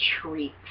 treat